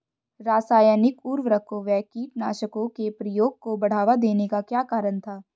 रासायनिक उर्वरकों व कीटनाशकों के प्रयोग को बढ़ावा देने का क्या कारण था?